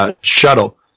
shuttle